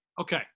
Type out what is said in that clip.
Okay